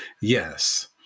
Yes